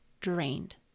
drained